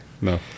no